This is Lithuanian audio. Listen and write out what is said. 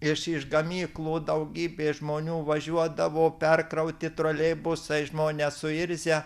iš iš gamyklų daugybė žmonių važiuodavo perkrauti troleibusai žmonės suirzę